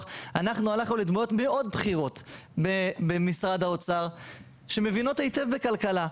אנחנו הלכו לדמויות מאוד בכירות במשרד האוצר שמבינות היטב בכלכלה,